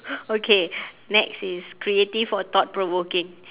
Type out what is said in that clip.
okay next is creative or thought provoking